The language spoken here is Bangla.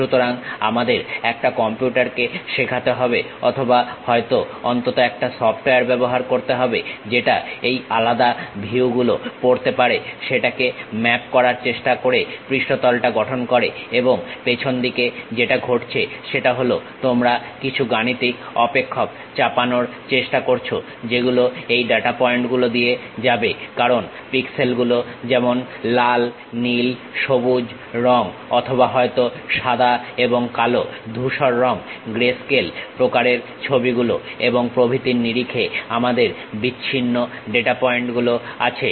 সুতরাং আমাদের এটা কম্পিউটারকে শেখাতে হবে অথবা হয়তো অন্তত একটা সফটওয়্যার ব্যবহার করতে হবে যেটা এই আলাদা ভিউগুলো পড়তে পারে সেটাকে ম্যাপ করার চেষ্টা করে পৃষ্ঠতলটা গঠন করে এবং পেছনদিকে যেটা ঘটেছে সেটা হলো তোমরা কিছু গাণিতিক অপেক্ষক চাপানোর চেষ্টা করো যেগুলো এই ডাটা পয়েন্ট গুলো দিয়ে যাবে কারণ পিক্সেলগুলো যেমন লাল নীল সবুজ রং অথবা হয়তো সাদা এবং কালো ধূসর রং গ্রেস্কেল প্রকারের ছবিগুলো এবং প্রভৃতির নিরিখে আমাদের বিচ্ছিন্ন ডাটা পয়েন্ট গুলো আছে